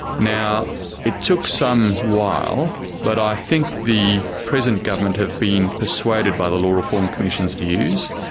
now it took some while, but i think the present government have been persuaded by the law reform commission's views,